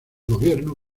gobierno